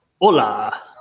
Hola